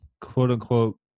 quote-unquote